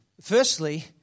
firstly